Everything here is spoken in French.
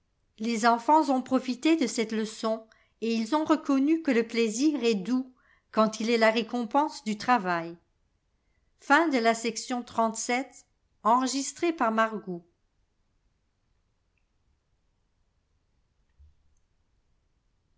les enfants ont profité de cette leçon et ils ont reconnu que le plaisir est doux quand il est la récompense du travail